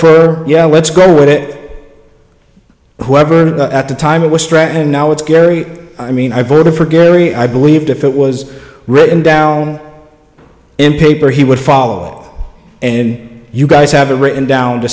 for yeah let's go with it whoever at the time it was strategy and now it's kerry i mean i voted for kerry i believed if it was written down in paper he would follow and you guys have it written down to